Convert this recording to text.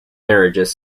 marriages